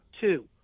two